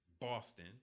Boston